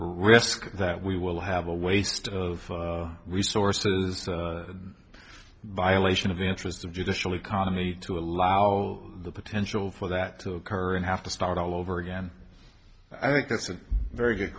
risk that we will have a waste of resources violation of interests of judicial economy to allow the potential for that to occur and have to start all over again i think that's a very good